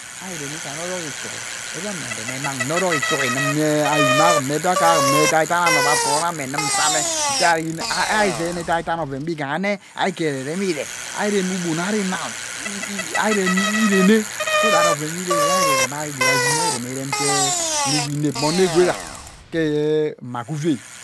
Ihei reme isa nno rokhe itugi ewame nremi igham nne orok itugi nnume nyee ereme aghuwu mme biakak anyum mme edaidan ano gbe aforone nnime wu same ntaa yene aii zeinah edaidan oven gbe ighaha mme ari ghererem ivee arirem ugbon ari now eeee iremme ireene so that ovenwe irererem irerem igwood ishin nne areme irem kee nghe inep mmee onoe ghega kee mma ghee uuvi.